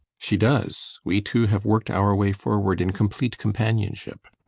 she does. we two have worked our way forward in complete companionship.